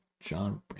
John